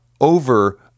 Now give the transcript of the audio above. over